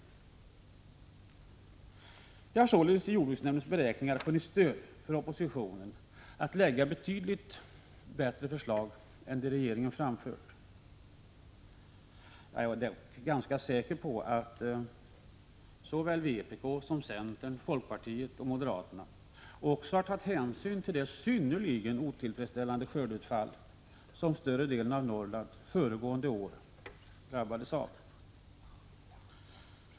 Det har således i jordbruksnämndens beräkningar funnits stöd för oppositionen att föreslå betydligt högre anslag än vad regeringen framfört. Jag är dock ganska säker på att såväl vpk som centern, folkpartiet och moderaterna också har tagit hänsyn till det synnerligen otillfredsställande skördeutfall som större delen av Norrland föregående år drabbades av.